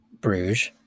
Bruges